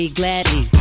gladly